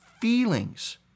feelings